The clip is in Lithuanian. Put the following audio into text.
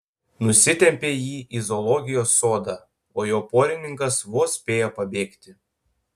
nusitempė jį į zoologijos sodą o jo porininkas vos spėjo pabėgti